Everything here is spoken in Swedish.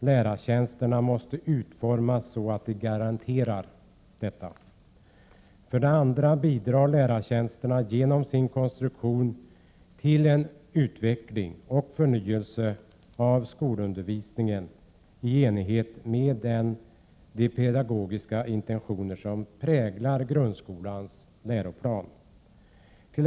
Lärartjänsterna måste utformas så att de garanterar detta. För det andra bidrar lärartjänsterna genom sin konstruktion till en utveckling och förnyelse av skolundervisningen i enlighet med de pedagogiska intentioner som präglar grundskolans läroplan.